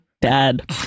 Dad